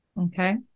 Okay